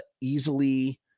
easily